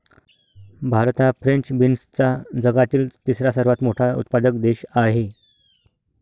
भारत हा फ्रेंच बीन्सचा जगातील तिसरा सर्वात मोठा उत्पादक देश आहे